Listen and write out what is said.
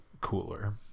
Cooler